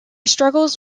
struggles